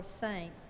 saints